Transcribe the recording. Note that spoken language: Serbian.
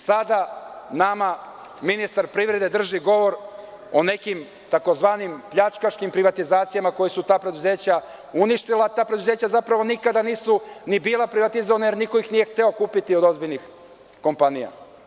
Sada nama ministar privrede drži govor o nekim tzv. pljačkaškim privatizacijama koja su ta preduzeća uništila, a ta preduzeća, zapravo, nikada nisu ni bila privatizovana, jer niko nije hteo da ih kupi od ozbiljnih kompanija.